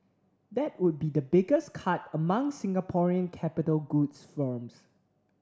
that would be the biggest cut among Singaporean capital goods firms